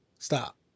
stop